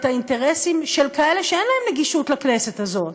את האינטרסים של כאלה שאין להם נגישות לכנסת הזאת,